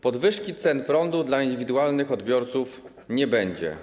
Podwyżki cen prądu dla indywidualnych odbiorców nie będzie.